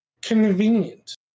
convenient